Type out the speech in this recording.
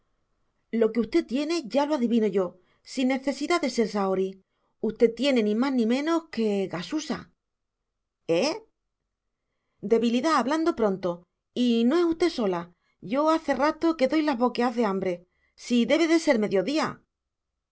lo que usted tiene ya lo adivino yo sin necesidad de ser sahorí usted tiene ni más ni menos que gasusa eh debilidad hablando pronto y no es usted sola yo hace rato que doy las boqueás de hambre si debe de ser mediodía